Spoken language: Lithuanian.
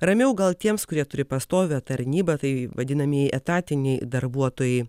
ramiau gal tiems kurie turi pastovią tarnybą tai vadinamieji etatiniai darbuotojai